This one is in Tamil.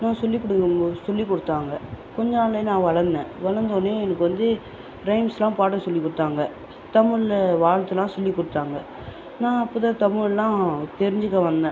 நான் சொல்லிக் கொடுக்கும்போது சொல்லிக் கொடுத்தாங்க கொஞ்ச நாள்ல நான் வளர்ந்தேன் வளர்ந்தோன்னே எனக்கு வந்து ரைம்ஸ்லாம் பாட சொல்லிக் கொடுத்தாங்க தமிழில் வாழ்த்துலாம் சொல்லிக் கொடுத்தாங்க நான் அப்போ தான் தமிழ்லாம் தெரிஞ்சிக்க வந்தேன்